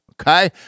Okay